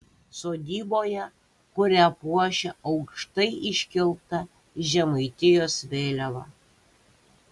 sodyboje kurią puošia aukštai iškelta žemaitijos vėliava